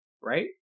Right